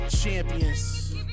Champions